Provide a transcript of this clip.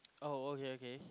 oh okay okay